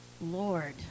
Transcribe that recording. Lord